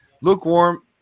lukewarm